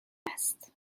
است